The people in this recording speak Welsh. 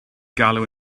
galw